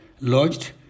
lodged